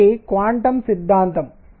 ఇది క్వాంటం సిద్ధాంతం